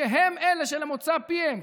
שהם אלה שלמוצא פיהם,